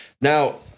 Now